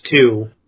two